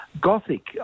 Gothic